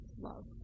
love